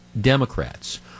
Democrats